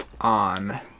on